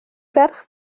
ferch